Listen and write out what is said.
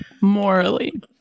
morally